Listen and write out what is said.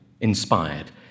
inspired